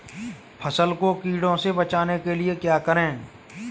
फसल को कीड़ों से बचाने के लिए क्या करें?